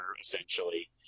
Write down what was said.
essentially